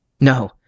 No